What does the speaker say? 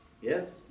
Yes